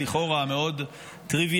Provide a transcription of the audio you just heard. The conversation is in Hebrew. שלכאורה מאוד טריוויאלי,